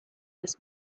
this